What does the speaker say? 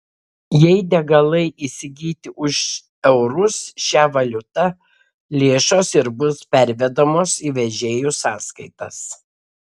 jei degalai įsigyti už eurus šia valiuta lėšos ir bus pervedamos į vežėjų sąskaitas